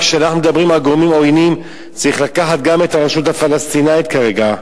כשאנחנו מדברים על גורמים עוינים צריך לקחת גם את הרשות הפלסטינית כרגע,